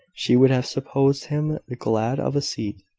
she would have supposed him glad of a seat.